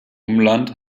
umland